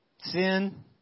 sin